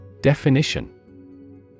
Definition